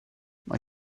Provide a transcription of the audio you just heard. mae